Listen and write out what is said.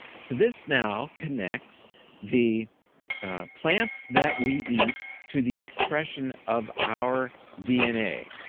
so this now connects the plants that we eat to the expression of our dna.